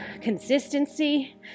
consistency